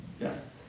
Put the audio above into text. Yes